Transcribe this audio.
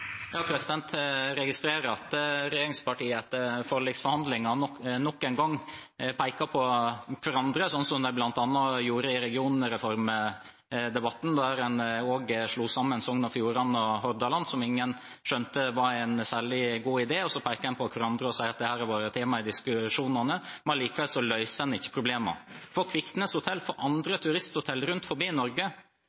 gang peker på hverandre, slik de bl.a. gjorde i regionreformdebatten, der en slo sammen Sogn og Fjordane og Hordaland, som ingen skjønte var en særlig god idé. En peker på hverandre og sier at dette har vært tema i diskusjonene, men allikevel løser en ikke problemene. For Kviknes Hotel og for